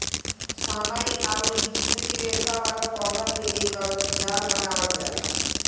सनई अउरी दूसरी रेसा वाला पौधा से एकर जाल बनावल जाला